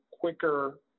quicker